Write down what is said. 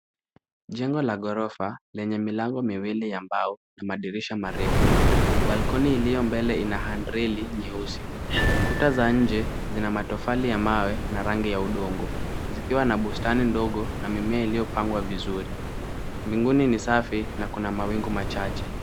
Jengo la ghorofa lenye milango miwili ya mbao na madirisha marefu. balcony iliyo mbele ina handrili nyeusi. Kuta za nje zina matofali ya mawe na rangi ya udongo zikiwa na bustani ndogo na mimea iliyopangwa vizuri. Mbinguni ni safi na kuna mawingu machache.